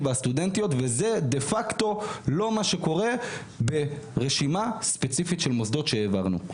והסטודנטיות וזה דפקטו לא מה שקורה ברשימה ספציפית של מוסדות שהעברנו.